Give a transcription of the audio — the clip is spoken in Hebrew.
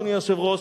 אדוני היושב-ראש,